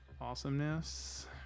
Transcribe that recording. awesomeness